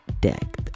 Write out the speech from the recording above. Deck